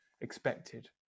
expected